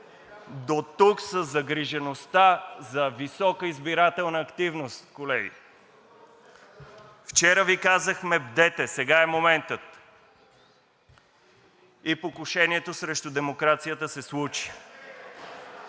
Дотук със загрижеността за висока избирателна активност, колеги! Вчера Ви казахме: „Бдете, сега е моментът!“ И покушението срещу демокрацията се случи